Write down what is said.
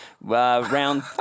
Round